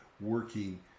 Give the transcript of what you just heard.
working